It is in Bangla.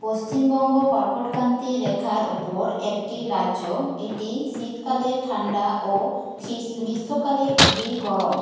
পশ্চিমবঙ্গ কর্কটক্রান্তি রেখার উপর একটি রাজ্য এটি শীতকালে ঠান্ডা ও গ্রীষ্মকালে খুবই গরম